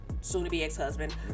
soon-to-be-ex-husband